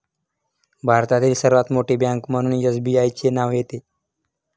भारतातील सर्वात मोठी बँक म्हणून एसबीआयचे नाव येते